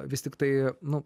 vis tiktai nu